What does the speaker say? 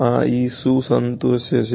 આ E શું સંતોષે છે